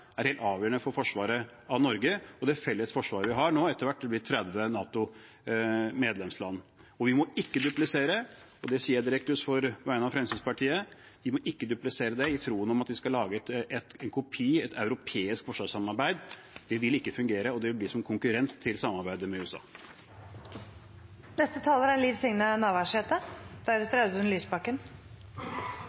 er helt avgjørende for forsvaret av Norge og det felles forsvaret vi har. Etter hvert har det blitt 30 NATO-medlemsland. Vi må ikke duplisere det – og det sier jeg direkte på vegne av Fremskrittspartiet – i troen på at vi skal lage en kopi, et europeisk forsvarssamarbeid. Det vil ikke fungere, og det vil bli en konkurrent til samarbeidet med USA. Det er